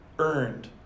earned